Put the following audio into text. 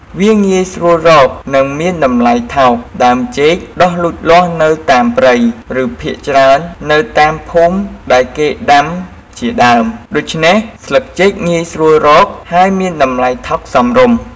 វាងាយស្រួលរក និងមានតម្លៃថោក ដើមចេកដុះលូតលាស់នៅតាមព្រៃ ឬភាគច្រើននៅតាមភូមិដែលគេដាំជាដើម ដូច្នេះស្លឹកចេកងាយស្រួលរក ហើយមានតម្លៃថោកសមរម្យ។